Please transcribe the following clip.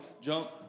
jump